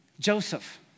Joseph